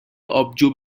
آبجو